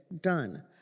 done